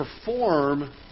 perform